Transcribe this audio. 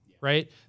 right